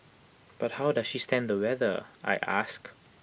but how does she stand the weather I ask